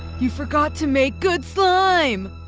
you forgot to make good slime.